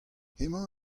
hemañ